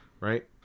right